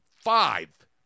five